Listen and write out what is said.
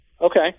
Okay